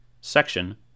section